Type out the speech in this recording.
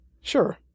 Sure